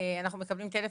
אנחנו מקבלים טלפון,